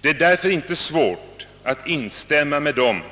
Det är därför inte svårt att instämma med dem